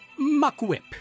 Muckwhip